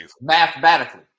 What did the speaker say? Mathematically